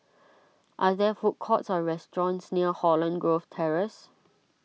are there food courts or restaurants near Holland Grove Terrace